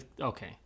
Okay